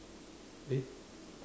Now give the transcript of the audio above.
eh